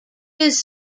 his